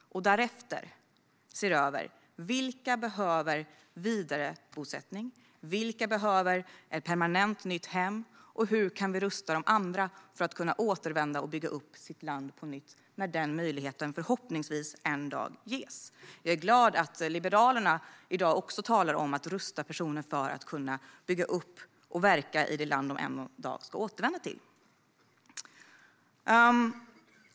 Och därefter måste vi se över vilka som behöver vidarebosättning, vilka som behöver ett permanent nytt hem och hur vi kan rusta de andra för att de ska kunna återvända och bygga upp sitt land på nytt när den möjligheten förhoppningsvis en dag ges. Jag är glad över att Liberalerna i dag också talar om att rusta personer för att de ska kunna bygga upp och verka i det land de en dag ska återvända till.